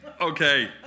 Okay